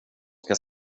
ska